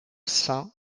cent